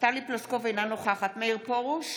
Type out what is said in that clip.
טלי פלוסקוב, אינה נוכחת מאיר פרוש,